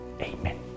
Amen